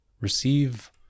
Receive